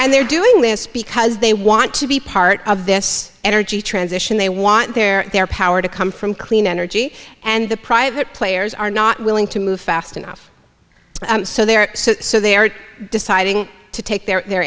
and they're doing this because they want to be part of this energy transition they want their their power to come from clean energy and the private players are not willing to move fast enough so they are so they are deciding to take their